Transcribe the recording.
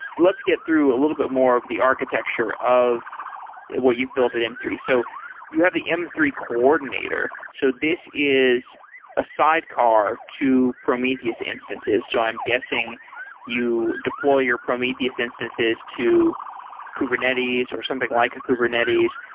let's get through a little bit more of the architecture of what you've built at m three. so you have the m three coordinator. so this is a sidecar to prometheus instances. so i'm guessing you deploy your prometheus instances to kubernetes or something like a kubernetes,